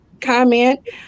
comment